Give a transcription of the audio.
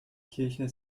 kirche